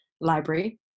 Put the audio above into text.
library